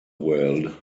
world